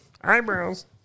eyebrows